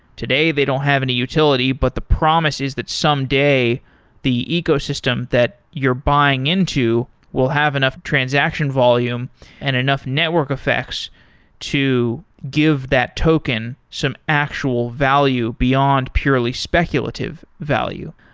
today they don't have any utility, but the promise is that someday the ecosystem that you're buying into will have enough transaction volume and enough network effects to give that token some actual value beyond purely speculative value.